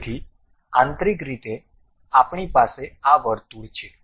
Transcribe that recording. તેથી આંતરિક રીતે આપણી પાસે આ વર્તુળ છે